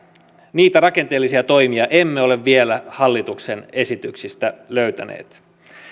niitä rakenteellisia toimia emme ole vielä hallituksen esityksistä löytäneet